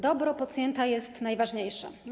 Dobro pacjenta jest najważniejsze.